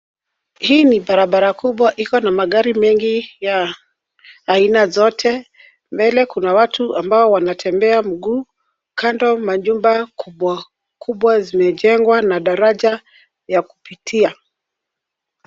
Hii ni barabara kubwa iko na magari mengi ya aina zote, mbele kuna watu ambao wanatembea mguu. Kando nanyumba kubwa kubwa zimejengwa na daraja ya kupitia.